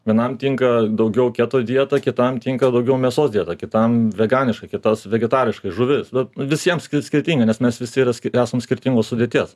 vienam tinka daugiau keto dieta kitam tinka daugiau mėsos dieta kitam veganiška kitos vegetariška žuvis nu visiems skirtingai nes mes visi yra esam skirtingos sudėties